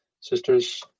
Sisters